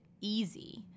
easy